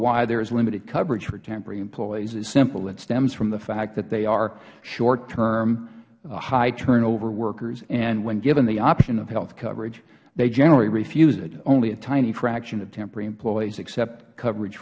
why there is limited overage for temporary employees is simple it stems from the fact that they are short term high turnover workers and when given the option of health coverage they generally refuse it only a tiny fraction of temporary employees accept coverage